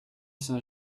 saint